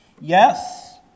Yes